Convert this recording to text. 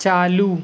چالو